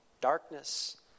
darkness